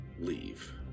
leave